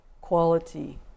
quality